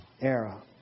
era